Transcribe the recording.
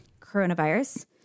coronavirus